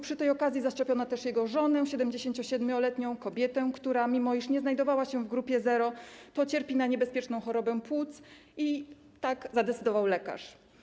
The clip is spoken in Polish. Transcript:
Przy tej okazji zaszczepiono też jego żonę, 77-letnią kobietę, mimo iż nie znajdowała się w grupie zero, ale cierpi na niebezpieczną chorobę płuc i tak zadecydował lekarz.